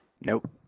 Nope